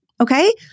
okay